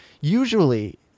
usually